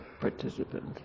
participants